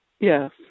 Yes